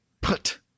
put